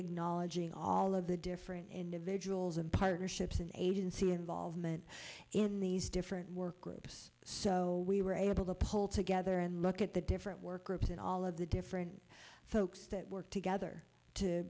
acknowledging all of the different individuals and partnerships and agency involvement in these different work groups so we were able to pull together and look at the different work groups and all of the different folks that work together to